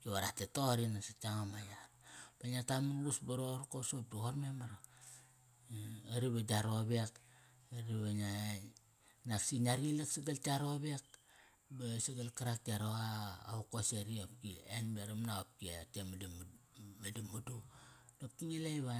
Ki ve ra tet toqori nasat yanga ma yar Ve ngia taman gus ba roqorko soqop di qoir memar Qari ve gia rowek, me da ve ngia, naks i ngia rilak sagal tka rowek ba sagal karak tka roqa qa vat koset i, i opki en baram na opk e, te meda, meda madu, dopki ngi la iva.